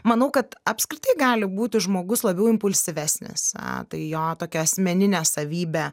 manau kad apskritai gali būti žmogus labiau impulsyvesnis a tai jo tokia asmeninė savybė